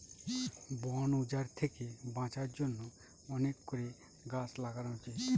বন উজাড় থেকে বাঁচার জন্য অনেক করে গাছ লাগানো উচিত